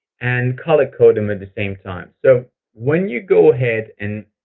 and color coding at the same time, so when you go ahead and